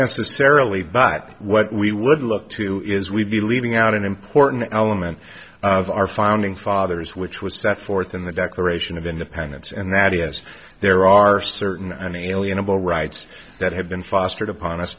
necessarily but what we would look to is we be leaving out an important element of our founding fathers which was set forth in the declaration of independence and that yes there are certain unalienable rights that have been fostered upon us